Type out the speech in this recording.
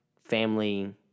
family